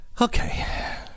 Okay